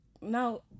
now